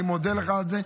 אני מודה לך על זה.